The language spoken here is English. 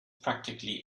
practically